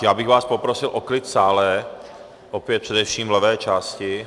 Já bych vás poprosil o klid v sále, opět především v levé části.